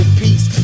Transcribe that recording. peace